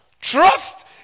Trust